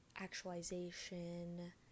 actualization